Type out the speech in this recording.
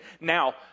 now